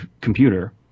computer